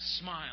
smile